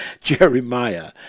Jeremiah